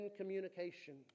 communication